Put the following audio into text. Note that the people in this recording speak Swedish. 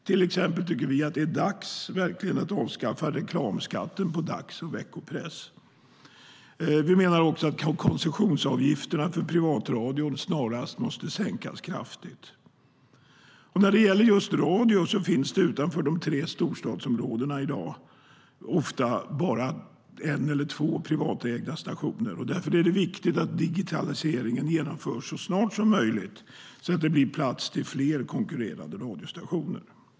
Till exempel tycker vi att det verkligen är dags att avskaffa reklamskatten på dags och veckopress. Vi menar också att koncessionsavgifterna för privatradion snarast måste sänkas kraftigt. När det gäller just radio finns det utanför de tre storstadsområdena i dag ofta bara en eller två privatägda stationer. Därför är det viktigt att digitaliseringen genomförs så snart som möjligt så att det blir plats för fler konkurrerande radiostationer.